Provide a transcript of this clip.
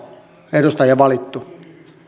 edustajia valittu